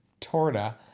Torta